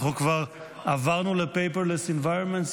אנחנו כבר עברנו ל-paperless environment,